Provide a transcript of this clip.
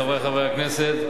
חברי חברי הכנסת,